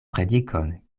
predikon